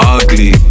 ugly